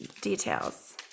details